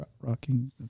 Rocking